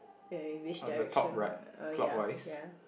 you are in which direction uh ya ya